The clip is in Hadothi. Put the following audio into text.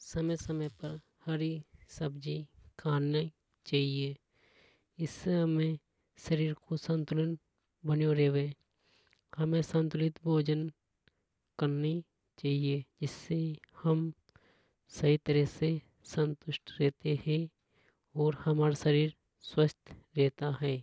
समय समय पर हरि सब्जी खानी चाहिए इससे हमें शरीर संतुलित बनियों रेवे। इसलिए हमें संतुलित भोजन करनी चावे। इससे हम सही तरह से संतुष्ट रहते हे। और हमारा शरीर स्वस्थ रहता हे।